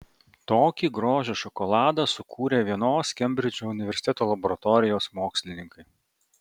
tokį grožio šokoladą sukūrė vienos kembridžo universiteto laboratorijos mokslininkai